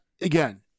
again